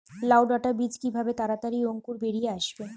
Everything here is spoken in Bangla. লাউ ডাটা বীজ কিভাবে তাড়াতাড়ি অঙ্কুর বেরিয়ে আসবে?